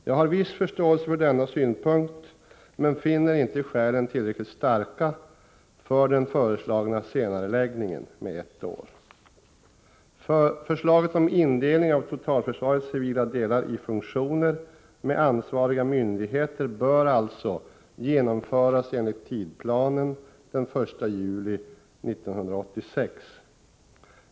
Jag har viss förståelse för denna synpunkt men finner inte skälen tillräckligt starka för den föreslagna senareläggningen med ett år. ansvariga myndigheter bör alltså genomföras enligt tidsplanen den 1 juli 1986.